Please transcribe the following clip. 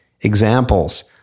examples